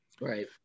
right